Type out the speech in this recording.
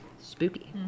Spooky